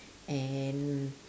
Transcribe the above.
and